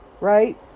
Right